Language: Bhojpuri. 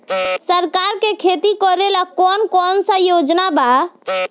सरकार के खेती करेला कौन कौनसा योजना बा?